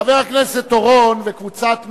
חבר הכנסת אורון וקבוצת מרצ,